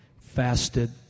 fasted